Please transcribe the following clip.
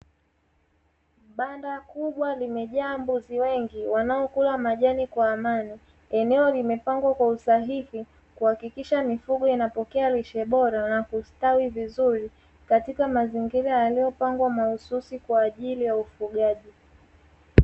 Banda kubwa limejaa mbuzi wengi wanaokula majani kwa amani. Eneo limepangwa kwa usahihi, kuhakikisha mifugo inapokea lishe bora na kustawi vizuri, katika mazingira yaliyopangwa mahususi kwa ajili ya ufugaji.